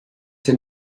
den